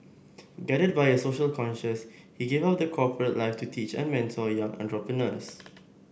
guided by a social conscience he gave up the corporate life to teach and mentor young entrepreneurs